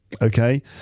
Okay